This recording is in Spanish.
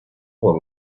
por